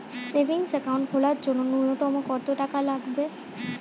Savings account খোলার জন্য নূন্যতম কত টাকা লাগবে?